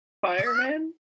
fireman